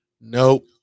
Nope